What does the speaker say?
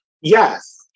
Yes